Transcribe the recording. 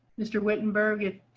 mr wittenberg it.